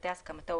לפרטי הסכמתו,